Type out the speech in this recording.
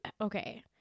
okay